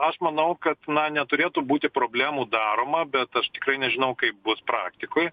aš manau kad na neturėtų būti problemų daroma bet aš tikrai nežinau kaip bus praktikoj